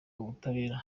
ubutabera